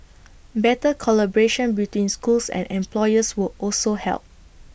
better collaboration between schools and employers would also help